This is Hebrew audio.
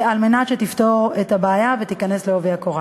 כדי שתפתור את הבעיה ותיכנס בעובי הקורה.